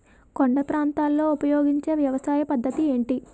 కొండ ప్రాంతాల్లో ఉపయోగించే వ్యవసాయ పద్ధతి ఏంటి?